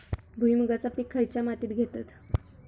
भुईमुगाचा पीक खयच्या मातीत घेतत?